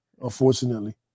Unfortunately